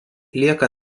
lieka